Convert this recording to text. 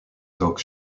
talk